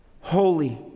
holy